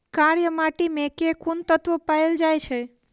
कार्य माटि मे केँ कुन तत्व पैल जाय छै?